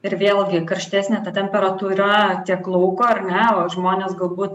ir vėlgi karštesnė ta temperatūra tiek lauko ar ne o žmones galbūt